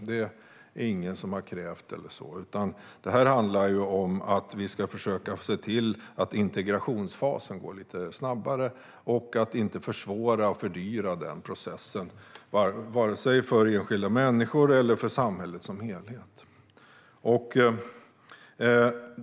Det är ingen som har krävt något sådant. Det handlar här om att se till att integrationsfasen går lite snabbare och inte försvåra eller fördyra den processen vare sig för enskilda människor eller för samhället som helhet.